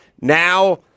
now